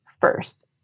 first